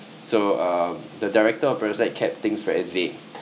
so um the director of parasite kept things very vague